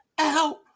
out